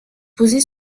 posée